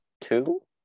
two